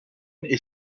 est